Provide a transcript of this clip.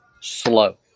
slow